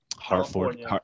Hartford